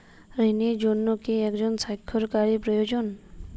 ঋণের জন্য কি একজন স্বাক্ষরকারী প্রয়োজন?